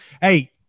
Hey